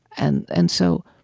and and so,